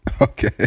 Okay